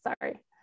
sorry